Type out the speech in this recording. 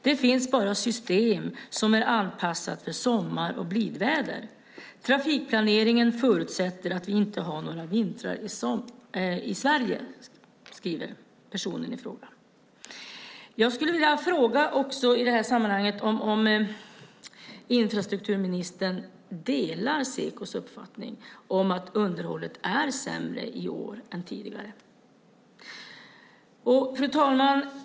Det finns bara system som är anpassade för sommar och blidväder. Trafikplaneringen förutsätter att vi inte har några vintrar i Sverige, skriver personen i fråga. Jag skulle vilja fråga om infrastrukturministern delar Sekos uppfattning om att underhållet är sämre i år än tidigare. Fru talman!